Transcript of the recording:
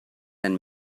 and